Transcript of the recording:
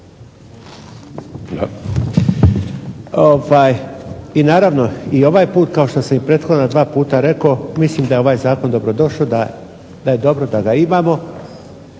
I naravno, i ovaj put kao što sam i prethodna dva puta rekao, mislim da je ovaj zakon dobrodošao, da je dobro da ga imamo,